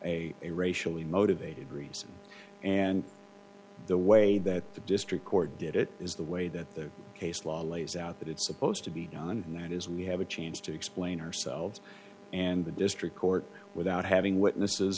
a a racially motivated reason and the way that the district court did it is the way that the case law lays out that it's supposed to be done and that is we have a chance to explain ourselves and the district court without having witnesses